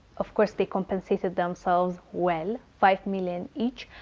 of course they compensated themselves well, five million each,